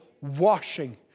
washing